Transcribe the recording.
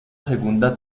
segunda